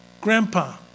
Grandpa